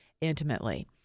intimately